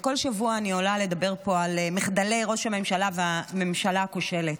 בכל שבוע אני עולה לדבר פה על מחדלי ראש הממשלה והממשלה הכושלת,